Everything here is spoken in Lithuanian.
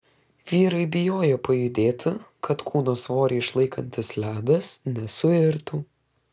vyrai bijojo pajudėti kad kūno svorį išlaikantis ledas nesuirtų